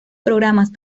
programas